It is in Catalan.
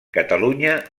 catalunya